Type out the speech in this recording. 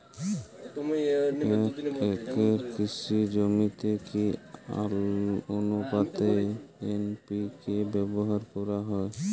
এক একর কৃষি জমিতে কি আনুপাতে এন.পি.কে ব্যবহার করা হয়?